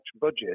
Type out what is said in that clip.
budget